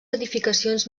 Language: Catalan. edificacions